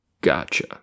Gotcha